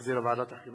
שהחזירה ועדת החינוך,